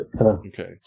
okay